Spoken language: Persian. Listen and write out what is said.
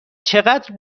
چقدر